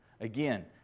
Again